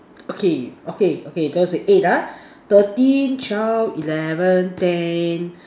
okay okay okay there was a eight ah thirteen twelve eleven ten